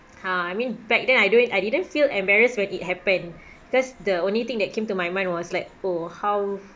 ha I mean back then I didn't I didn't feel embarrassed when it happened just the only thing that came to my mind was like oh how